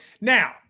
Now